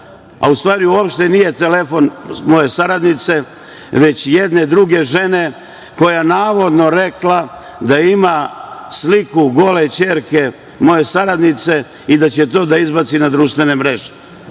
U stvari, uopšte nije telefon moje saradnice, već jedne druge žene koja je navodno rekla da ima sliku gole ćerke moje saradnice i da će to da izbaci na društvene mreže.